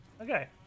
Okay